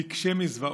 נקשה מזוועות,